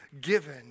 given